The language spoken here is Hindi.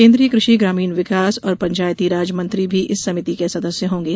केन्द्रीय कृषि ग्रामीण विकास और पंचायतीराज मंत्री भी इस समिति के सदस्य होंगे